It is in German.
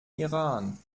iran